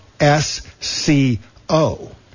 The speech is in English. S-C-O